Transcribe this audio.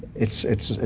it's, it's,